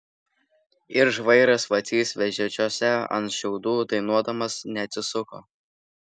ir žvairas vacys vežėčiose ant šiaudų dainuodamas neatsisuko